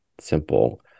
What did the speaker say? simple